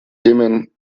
dimmen